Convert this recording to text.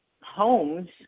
homes